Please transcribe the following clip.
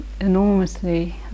enormously